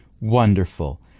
Wonderful